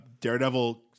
Daredevil